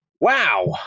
Wow